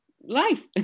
life